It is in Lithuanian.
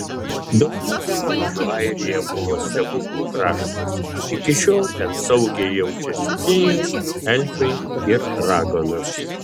daugybę amžių airija buvo stebuklų kraštas iki šiol ten saugiai jaučiasi fėjos elfai ir raganos